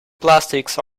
plastics